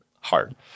hard